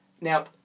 Now